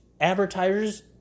advertisers